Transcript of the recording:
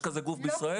יש כזה גוף בישראל?